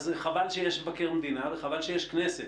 אז חבל שיש מבקר מדינה וחבל שיש כנסת.